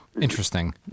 interesting